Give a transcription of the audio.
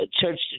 church